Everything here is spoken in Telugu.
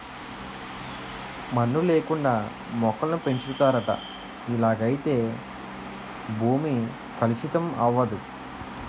మన్ను లేకుండా మొక్కలను పెంచుతారట ఇలాగైతే భూమి కలుషితం అవదు